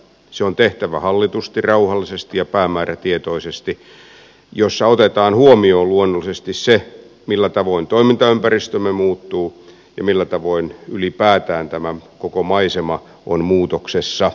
se on tehtävä hallitusti rauhallisesti ja päämäärätietoisesti jolloin otetaan huomioon luonnollisesti se millä tavoin toimintaympäristömme muuttuu ja millä tavoin ylipäätään tämä koko maisema on muutoksessa